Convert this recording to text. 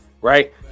Right